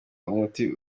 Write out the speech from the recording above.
umuti